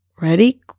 Ready